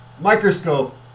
microscope